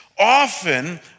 often